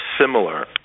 similar